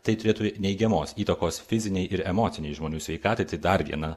tai turėtų neigiamos įtakos fizinei ir emocinei žmonių sveikatai tai dar viena